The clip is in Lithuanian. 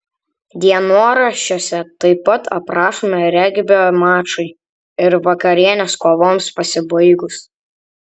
dienoraščiuose taip pat aprašomi regbio mačai ir vakarienės kovoms pasibaigus